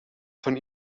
von